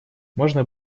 можно